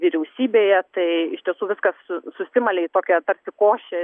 vyriausybėje tai iš tiesų viskas susimalė į tokią tarsi košę